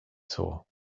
saw